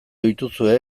dituzue